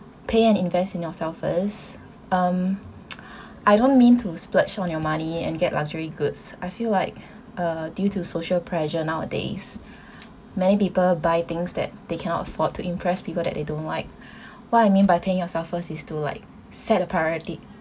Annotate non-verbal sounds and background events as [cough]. pay and invest in yourself first um [noise] I don't mean to splurge on your money and get luxury goods I feel like [breath] uh due to social pressure nowadays many people buy things that they cannot afford to impress people that they don't like [breath] what I mean by paying yourself first is to like set a priority